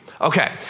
Okay